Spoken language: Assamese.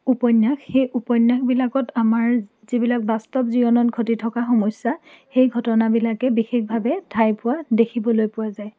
উপন্যাস সেই উপন্যাসবিলাকত আমাৰ যিবিলাক বাস্তৱ জীৱনত ঘটি থকা সমস্য়া সেই ঘটনাবিলাকেই বিশেষভাৱে ঠাই পোৱা দেখিবলৈ পোৱা যায়